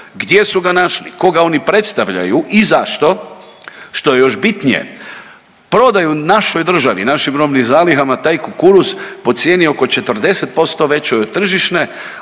Gdje su ga našli? Koga oni predstavljaju i zašto? Što je još bitnije, prodaju našoj državi, našim robnim zalihama taj kukuruz po cijeni oko 40% većoj od tržišne,